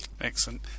excellent